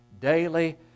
daily